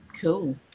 Cool